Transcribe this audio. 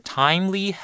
timely